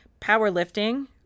powerlifting